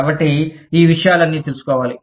కాబట్టి ఈ విషయాలన్నీ తెలుసుకోవాలి